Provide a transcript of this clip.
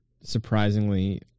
surprisingly